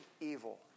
evil